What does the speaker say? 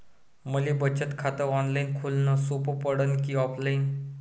मले बचत खात ऑनलाईन खोलन सोपं पडन की ऑफलाईन?